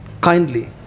kindly